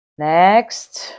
Next